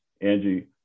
Angie